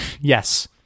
yes